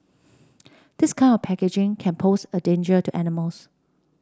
this kind of packaging can pose a danger to animals